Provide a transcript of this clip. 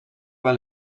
wel